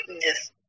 Yes